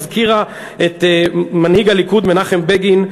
הזכירה את מנהיג הליכוד מנחם בגין,